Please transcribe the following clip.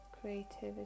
creativity